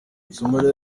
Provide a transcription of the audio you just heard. somalia